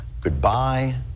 goodbye